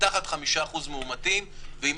מצב החירום המיוחד וגם